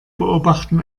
beobachten